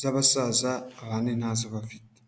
z'abasaza, abandi ntazo bafite.